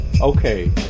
okay